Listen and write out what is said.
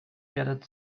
gathered